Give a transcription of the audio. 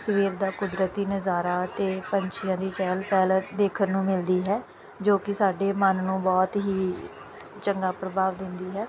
ਸਵੇਰ ਦਾ ਕੁਦਰਤੀ ਨਜ਼ਾਰਾ ਅਤੇ ਪੰਛੀਆਂ ਦੀ ਚਹਿਲ ਪਹਿਲ ਦੇਖਣ ਨੂੰ ਮਿਲਦੀ ਹੈ ਜੋ ਕਿ ਸਾਡੇ ਮਨ ਨੂੰ ਬਹੁਤ ਹੀ ਚੰਗਾ ਪ੍ਰਭਾਵ ਦਿੰਦੀ ਹੈ